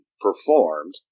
performed